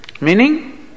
Meaning